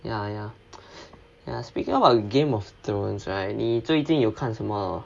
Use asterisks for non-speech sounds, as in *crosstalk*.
ya ya *noise* ya speaking about game of thrones right 你最近有看什么